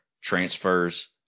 transfers